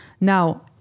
Now